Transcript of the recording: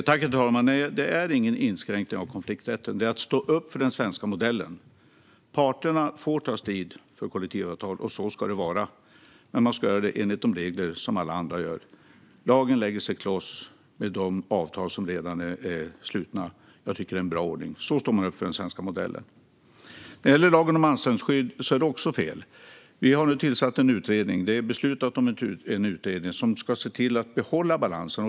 Herr talman! Nej, det är ingen inskränkning av konflikträtten - det är att stå upp för den svenska modellen. Parterna får ta strid för kollektivavtal, och så ska det vara. Men man ska göra det enligt samma regler som alla andra. Lagen lägger sig kloss med de avtal som redan är slutna. Jag tycker att det är en bra ordning. Så står man upp för den svenska modellen. När det gäller lagen om anställningsskydd är det också fel. Vi har nu tillsatt en utredning. Det är beslutat om en utredning som ska se till att behålla balansen.